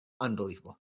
unbelievable